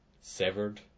Severed